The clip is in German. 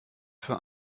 für